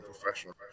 professional